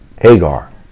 Hagar